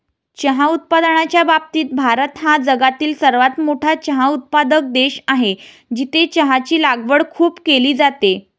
चहा उत्पादनाच्या बाबतीत भारत हा जगातील सर्वात मोठा चहा उत्पादक देश आहे, जिथे चहाची लागवड खूप केली जाते